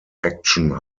action